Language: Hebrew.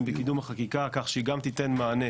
בקידום החקיקה כך שהיא גם תיתן מענה